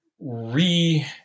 re